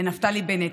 לנפתלי בנט.